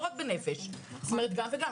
לא רק בנפש זאת אומרת גם וגם,